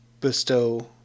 bestow